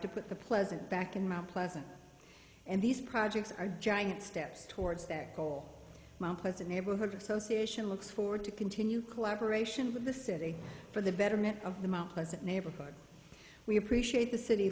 to put the pleasant back in mount pleasant and these projects are giant steps towards that goal mount pleasant neighborhood association looks forward to continue collaboration with the city for the betterment of the mt pleasant neighborhood we appreciate the city